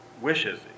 wishes